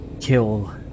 kill